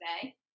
today